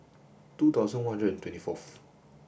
two thousand one hundred and twenty fourth